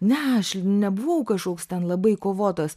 ne aš nebuvau kažkoks ten labai kovotojas